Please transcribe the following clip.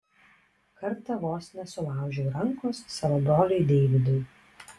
kartą vos nesulaužiau rankos savo broliui deividui